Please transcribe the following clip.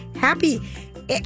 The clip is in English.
happy